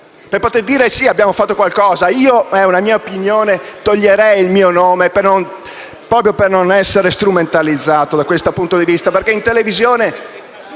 per dire di aver fatto qualcosa. Io - è una mia opinione - toglierei il mio nome, proprio per non essere strumentalizzato da questo punto di vista. In televisione